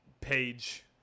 page